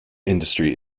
industry